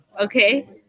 okay